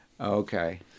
Okay